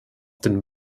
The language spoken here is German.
den